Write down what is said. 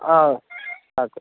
ಹಾಂ ಸಾಕು